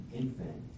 infant